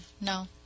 no